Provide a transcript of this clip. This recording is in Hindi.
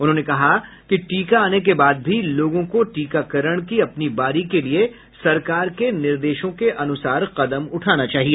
उन्होंने कहा कि टीका आने के बाद भी लोगों को टीकाकरण की अपनी बारी के लिए सरकार के निर्देशों के अनुसार कदम उठाना चाहिए